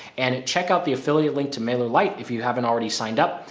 and and check out the affiliate link to malar light if you haven't already signed up.